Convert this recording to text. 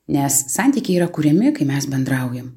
nes santykiai yra kuriami kai mes bendraujam